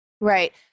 Right